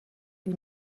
une